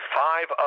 five